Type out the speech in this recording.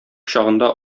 чагында